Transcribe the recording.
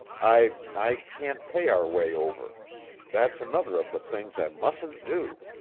i i can't pay our way over that's another of the things i mustn't do.